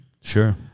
Sure